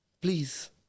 please